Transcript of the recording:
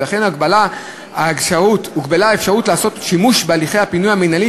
ולכן הוגבלה האפשרות לעשות שימוש בהליך הפינוי המינהלי